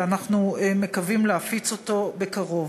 ואנחנו מקווים להפיץ אותו בקרוב.